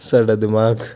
ਸਾਡਾ ਦਿਮਾਗ